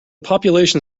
population